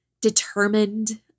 determined